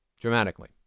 dramatically